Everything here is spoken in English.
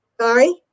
Sorry